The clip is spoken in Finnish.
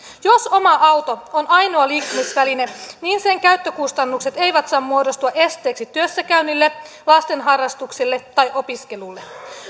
jos oma auto on ainoa liikkumisväline niin sen käyttökustannukset eivät saa muodostua esteeksi työssäkäynnille lasten harrastuksille tai opiskelulle